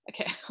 Okay